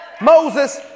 Moses